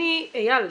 אייל,